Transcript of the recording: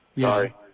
Sorry